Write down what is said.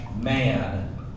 man